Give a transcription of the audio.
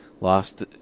lost